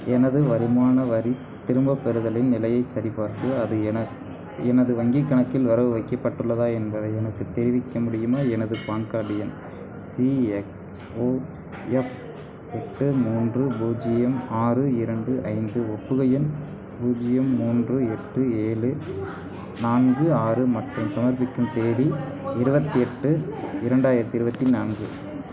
எனது வருமான வரித் திரும்பப்பெறுதலின் நிலையைச் சரிபார்த்து அது என எனது வங்கிக் கணக்கில் வரவு வைக்கப்பட்டுள்ளதா என்பதை எனக்குத் தெரிவிக்க முடியுமா எனது பான் கார்டு எண் சிஎக்ஸ்ஓஎஃப் எட்டு மூன்று பூஜியம் ஆறு இரண்டு ஐந்து ஒப்புகை எண் பூஜ்ஜியம் மூன்று எட்டு ஏழு நான்கு ஆறு மற்றும் சமர்ப்பிக்கும் தேதி இருபத்தி எட்டு இரண்டாயிரத்தி இருபத்தி நான்கு